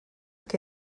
que